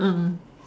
ah